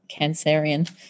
Cancerian